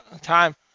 time